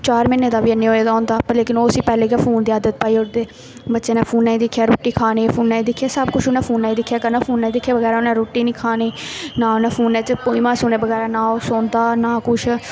चार म्हीने दा बी हैन्नी होए दा होंदा लेकिन ओह् उस्सी पैह्लें गै फोन दी आदत पाई ओड़दे बच्चे ने फोना गी दिक्खियै रुट्टी खानी फोना गी दिक्खियै सब कुछ उ'न्नै फोना गी दिक्खियै करना फोना गी दिक्खे बगैरा उ'न्नै रोटी निं खानी ना उ'न्नै फोना च पोइमां सुने बगैरा ना ओह् सोंदा ना कुछ